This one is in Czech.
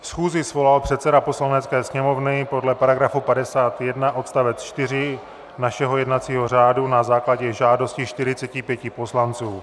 Schůzi svolal předseda Poslanecké sněmovny podle § 51 odst. 4 našeho jednacího řádu na základě žádosti 45 poslanců.